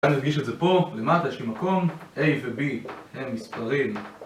בואו נדגיש את זה פה, למטה יש לי מקום A ו-B הם מספרים